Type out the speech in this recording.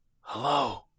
hello